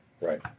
Right